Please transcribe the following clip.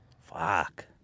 Fuck